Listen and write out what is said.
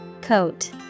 Coat